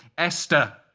esther!